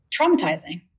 Traumatizing